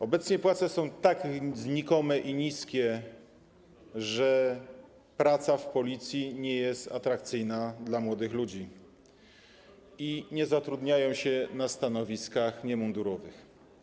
Obecnie płace są tak znikome i niskie, że praca w Policji nie jest atrakcyjna dla młodych ludzi, toteż nie zatrudniają się oni na stanowiskach niemundurowych.